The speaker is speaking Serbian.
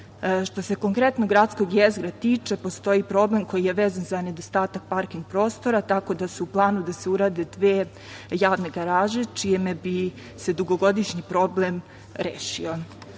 se konkretno gradskog jezera tiče, postoji problem koji je vezan za nedostatak parking prostora, tako da je u planu da se urade dve javne garaže čime bi se dugogodišnji problem rešio. Znamo